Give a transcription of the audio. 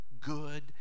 good